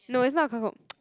no it's not Ke-Kou